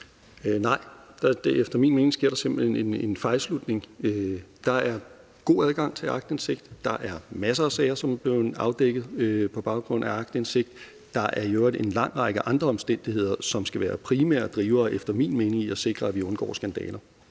Nej, efter min mening sker der simpelt hen en fejlslutning. Der er god adgang til aktindsigt; der er masser af sager, som er blevet afdækket på baggrund af aktindsigt. Der er i øvrigt en lang række andre omstændigheder, som efter min mening skal være primære drivere i at sikre, at vi undgår skandaler,